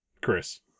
Chris